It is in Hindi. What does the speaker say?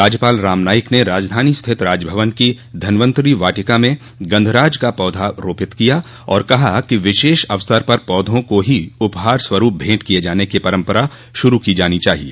राज्यपाल राम नाईक ने राजधानी स्थित राज भवन की धनवन्तरी वाटिका में गंधराज का पौधा रोपित किया और कहा कि विशेष अवसर पर पौधों को ही उपहार स्वरूप भेंट किये जाने की परम्परा शुरू की जानी चाहिए